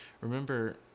remember